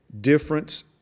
difference